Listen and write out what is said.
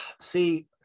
See